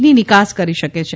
ની નિકાસ કરી શકે છે